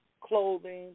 clothing